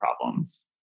problems